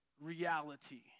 reality